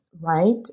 Right